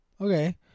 Okay